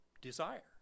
desire